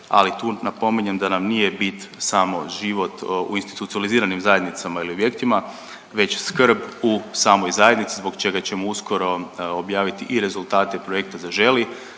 ali tu napominjem da nam nije bit samo život u institucionaliziranim zajednicama ili objektima već i skrb u samoj zajednici zbog čega ćemo uskoro objaviti i rezultate projekta Zaželi,